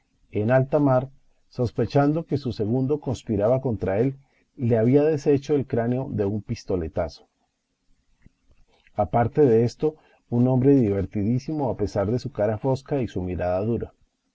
en alta mar sospechando que su segundo conspiraba contra él le había deshecho el cráneo de un pistoletazo aparte de esto un hombre divertidísimo a pesar de su cara fosca y su mirada dura